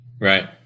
Right